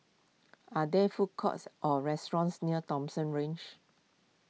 are there food courts or restaurants near Thomson Ridge